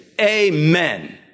amen